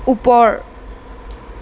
ওপৰ